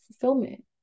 fulfillment